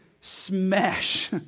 smash